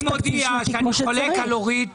אני מודיע שאני חולק על אורית.